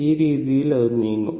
ഈ രീതിയിൽ അത് നീങ്ങും